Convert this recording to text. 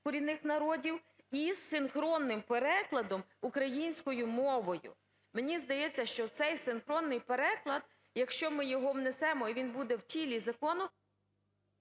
корінних народів із синхронним перекладом українською мовою". Мені здається, що цей синхронний переклад, якщо ми його внесемо і він буде в тілі закону…